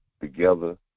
together